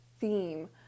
theme